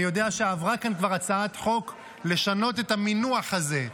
אני יודע שעברה כאן כבר הצעת חוק לשנות את המינוח הזה.